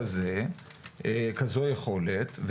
כזו יכולת,